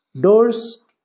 Doors